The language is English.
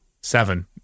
seven